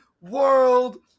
world